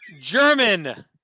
german